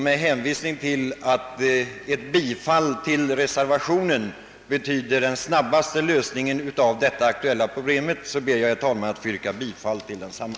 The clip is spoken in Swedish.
Med hänvisning till att ett bifall till reservation nr 1 betyder den snabbaste lösningen av detta aktuella problem ber jag, herr talman, att få yrka bifall till densamma.